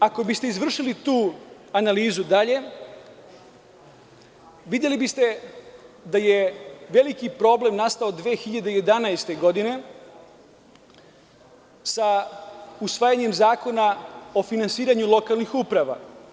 Ako biste izvršili tu analizu dalje, videli biste da je veliki problem nastao 2011. godine sa usvajanjem Zakona o finansiranju lokalnih uprava.